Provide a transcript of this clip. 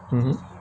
mmhmm